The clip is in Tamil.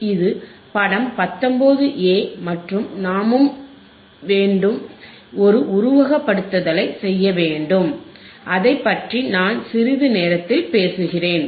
இது படம் 19 a மற்றும் நாமும் வேண்டும் ஒரு உருவகப்படுத்துதலைச் செய்ய வேண்டும் அதை பற்றி நான் சிறிது நேரத்தில் பேசுகிறேன்